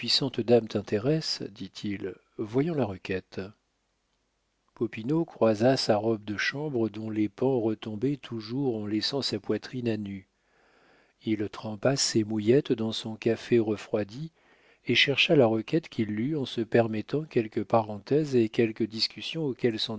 dame t'intéresse dit-il voyons la requête popinot croisa sa robe de chambre dont les pans retombaient toujours en laissant sa poitrine à nu il trempa ses mouillettes dans son café refroidi et chercha la requête qu'il lut en se permettant quelques parenthèses et quelques discussions